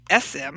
SM